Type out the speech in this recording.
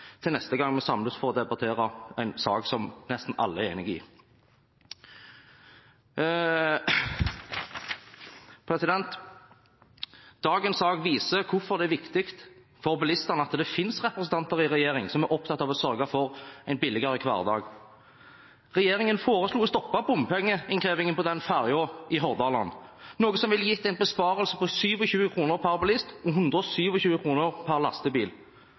til neste gang vi samles for å debattere en sak som nesten alle er enige om. Dagens sak viser hvorfor det er viktig for bilistene at det finnes representanter i regjeringen som er opptatt av å sørge for en billigere hverdag. Regjeringen foreslo å stoppe bompengeinnkrevingen på den fergen i Hordaland, noe som ville gitt en besparelse på 27 kr per bilist og 127 kr per lastebil.